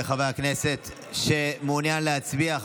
מחברי הכנסת שמעוניין להצביע?